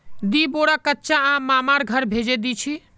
दी बोरा कच्चा आम मामार घर भेजे दीछि